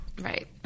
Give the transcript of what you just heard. Right